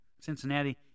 cincinnati